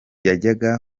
yajyaga